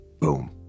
Boom